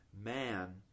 man